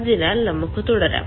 അതിനാൽ നമുക്ക് തുടരാം